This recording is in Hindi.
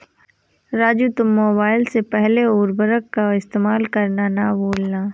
राजू तुम मोबाइल से पहले उर्वरक का इस्तेमाल करना ना भूलना